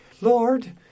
Lord